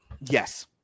Yes